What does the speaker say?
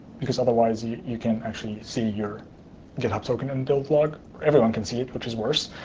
because otherwise you you can actually see your github token and build log. everyone can see it, which is worse.